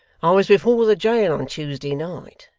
i was before the jail on tuesday night,